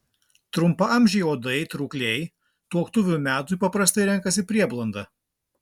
trumpaamžiai uodai trūkliai tuoktuvių metui paprastai renkasi prieblandą